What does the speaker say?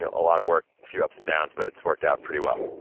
ah a lot of work, a few ups and downs, but it's worked out pretty well.